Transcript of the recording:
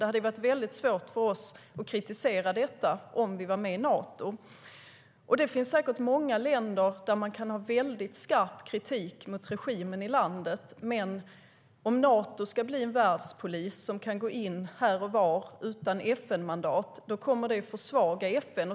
Det hade varit väldigt svårt för oss att kritisera detta om vi hade varit med i Nato.Man kan säkert rikta mycket skarp kritik mot regimen i många länder, men om Nato ska bli en världspolis som kan gå in här och var utan FN-mandat kommer det att försvaga FN.